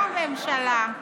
באה הממשלה,